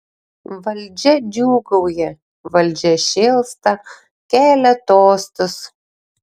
valdžia džiūgauja valdžia šėlsta kelia tostus